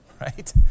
right